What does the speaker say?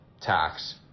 tax